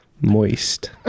moist